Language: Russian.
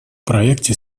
проекте